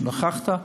כשנכחת,